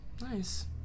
Nice